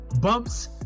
bumps